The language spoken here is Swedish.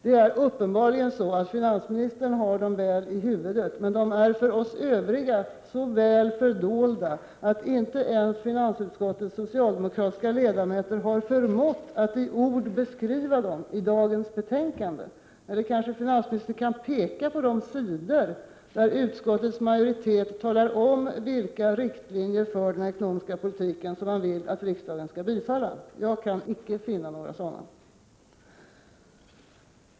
Det är uppenbarligen så att finansministern har dessa förslag i sitt huvud, men de är för oss övriga så väl fördolda att inte ens finansutskottets socialdemokratiska ledamöter har förmått att i ord beskriva dem i dagens betänkande. Eller kanske finansministern kan peka på de sidor där utskottets majoritet redovisar vilka riktlinjer för den ekonomiska politiken som den vill att riksdagen skall bifalla? Jag kan icke finna några sådana.